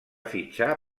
fitxar